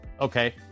okay